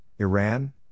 Iran